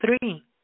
three